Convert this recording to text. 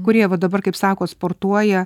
kurie va dabar kaip sako sportuoja